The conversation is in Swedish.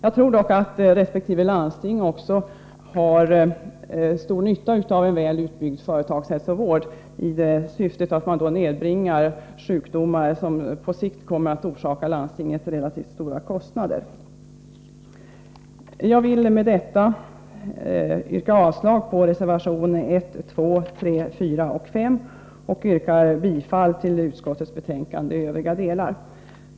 Jag tror dock att resp. landsting har stor nytta av en väl utbyggd företagshälsovård, eftersom man därigenom kan förebygga sjukdomar som på sikt skulle ha förorsakat landstingen relativt stora kostnader. Jag vill med detta yrka avslag på reservationerna 1, 2, 3, 4 och 5 och bifall till utskottets hemställan i övrigt.